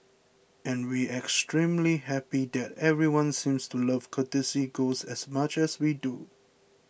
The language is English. and we extremely happy that everyone seems to love Courtesy Ghost as much as we do